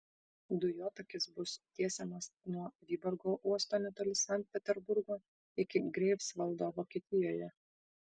dujotakis bus tiesiamas nuo vyborgo uosto netoli sankt peterburgo iki greifsvaldo vokietijoje